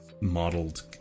modeled